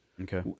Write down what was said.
Okay